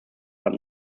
but